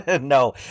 No